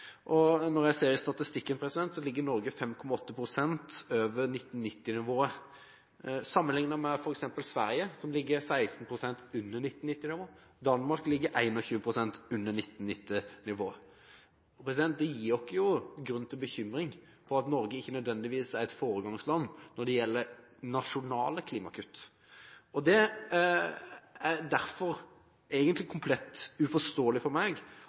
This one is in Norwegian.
kutt. Når jeg ser i statistikken, ligger Norge 5,8 pst. over 1990-nivået, sammenlignet med f.eks. Sverige, som ligger 16 pst. under 1990-nivået. Danmark ligger 21 pst. under 1990-nivået. Det gir jo oss grunn til bekymring for at Norge ikke nødvendigvis er et foregangsland når det gjelder nasjonale klimakutt. Det er derfor egentlig komplett uforståelig for meg